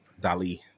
Dali